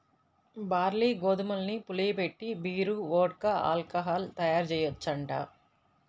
barley, గోధుమల్ని పులియబెట్టి beer, vodka, alcohol తయ్యారుజెయ్యొచ్చంట